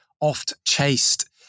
oft-chased